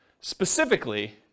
specifically